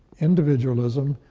individualism